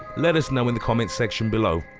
let us know in the comments section below.